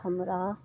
हमरा